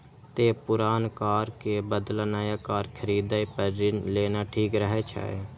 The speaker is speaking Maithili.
तें पुरान कार के बदला नया कार खरीदै पर ऋण लेना ठीक रहै छै